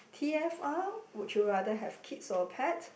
t_f_r would you rather have kids or pet